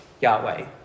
Yahweh